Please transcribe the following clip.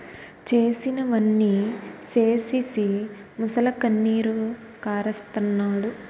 చేసినవన్నీ సేసీసి మొసలికన్నీరు కారస్తన్నాడు